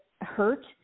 hurt